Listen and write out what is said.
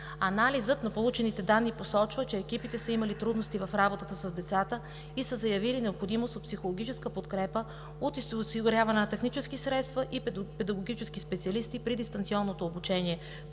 Анализът на получените данни посочва, че екипите са имали трудности в работата с децата и са заявили необходимост от психологическа подкрепа, от осигуряване на технически средства и педагогически специалисти при дистанционното обучение,